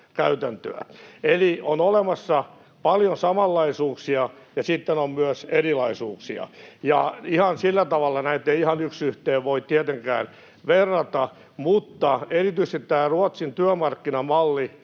Eli on olemassa paljon samanlaisuuksia, ja sitten on myös erilaisuuksia. Sillä tavalla näitä ei ihan yksi yhteen voi tietenkään verrata, mutta erityisesti tässä Ruotsin työmarkkinamallissa,